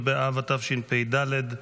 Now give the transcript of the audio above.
באב התשפ"ד,